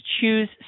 choose